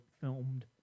filmed